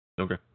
Okay